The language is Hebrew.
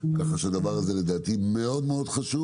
כך שהדבר הזה מאוד חשוב.